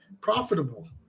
profitable